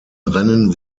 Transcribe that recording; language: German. rennen